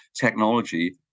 technology